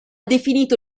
definito